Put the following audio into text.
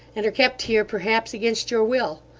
and are kept here perhaps against your will.